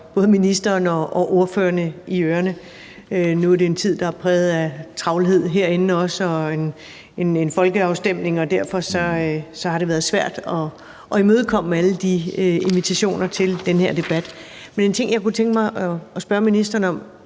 både ministeren og ordførerne i ørerne. Nu er det en tid, der er præget af travlhed også herinde og en folkeafstemning, og derfor har det været svært at imødekomme alle de invitationer til den her debat. Men en ting, jeg kunne tænke mig at spørge ministeren om